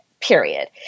period